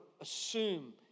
assume